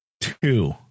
two